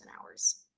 hours